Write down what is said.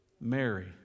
Mary